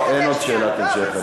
אין עוד שאלת המשך,